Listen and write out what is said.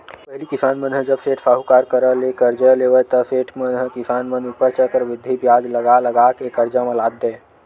पहिली किसान मन ह जब सेठ, साहूकार करा ले करजा लेवय ता सेठ मन ह किसान मन ऊपर चक्रबृद्धि बियाज लगा लगा के करजा म लाद देय